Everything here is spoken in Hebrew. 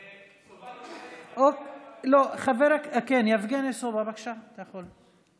סובה מבקש, יבגני סובה, בבקשה, אתה יכול.